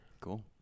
Cool